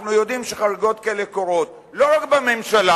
אנחנו יודעים שחריגות כאלה קורות לא רק בממשלה,